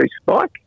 spike